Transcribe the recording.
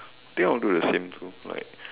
think I'll do the same too like